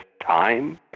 time